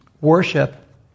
worship